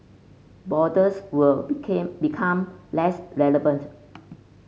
borders will became become less relevant